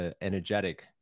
energetic